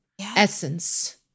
essence